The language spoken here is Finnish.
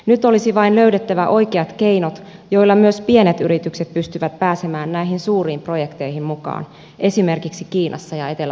nyt olisi vain löydettävä oikeat keinot joilla myös pienet yritykset pystyvät pääsemään näihin suuriin projekteihin mukaan esimerkiksi kiinassa ja etelä amerikassa